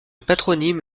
patronyme